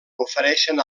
ofereixen